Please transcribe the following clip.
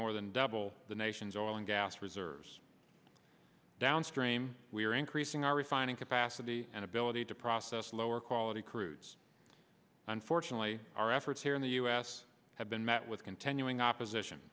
more than double the nation's oil and gas ass reserves downstream we're increasing our refining capacity and ability to process lower quality crudes unfortunately our efforts here in the us have been met with continuing opposition